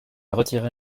retiré